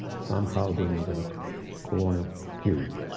somehow during the colonial period.